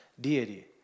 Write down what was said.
deity